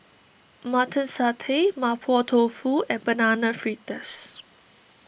Mutton Satay Mapo Tofu and Banana Fritters